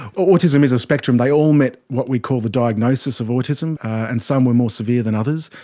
autism is a spectrum, they all met what we call the diagnosis of autism, and some were more severe than others.